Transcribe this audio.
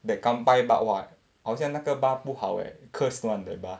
that kanpai but !wah! 好像那个 bar 不好 eh cursed [one] the bar